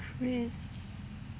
chris